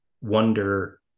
wonder